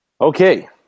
Okay